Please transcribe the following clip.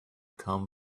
come